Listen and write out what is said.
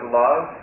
love